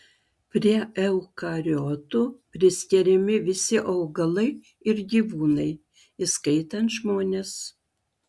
prie eukariotų priskiriami visi augalai ir gyvūnai įskaitant žmones